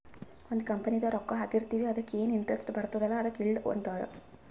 ಒಂದ್ ಕಂಪನಿದಾಗ್ ರೊಕ್ಕಾ ಹಾಕಿರ್ತಿವ್ ಅದುಕ್ಕ ಎನ್ ಇಂಟ್ರೆಸ್ಟ್ ಬರ್ತುದ್ ಅಲ್ಲಾ ಅದುಕ್ ಈಲ್ಡ್ ಅಂತಾರ್